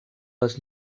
les